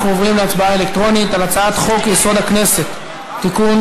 אנחנו עוברים להצבעה אלקטרונית על הצעת חוק-יסוד: הכנסת (תיקון,